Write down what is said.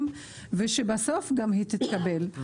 זה נושא שצריך לטפל בו.